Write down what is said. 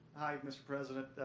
hi, mr. president.